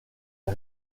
est